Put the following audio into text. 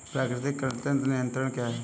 प्राकृतिक कृंतक नियंत्रण क्या है?